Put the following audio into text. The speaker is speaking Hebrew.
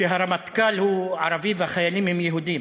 שהרמטכ"ל הוא ערבי והחיילים הם יהודים,